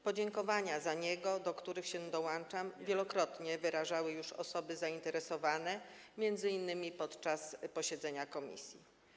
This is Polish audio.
Podziękowania za projekt, do których się dołączam, wielokrotnie wyrażały już osoby zainteresowane, m.in. podczas posiedzenia komisji.